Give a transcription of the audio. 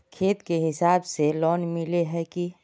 खेत के हिसाब से लोन मिले है की?